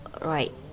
right